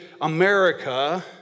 America